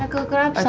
go grab some.